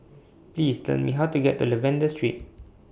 Please Tell Me How to get to Lavender Street